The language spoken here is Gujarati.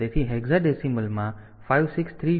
તેથી હેક્સાડેસિમલ માં 56320 છે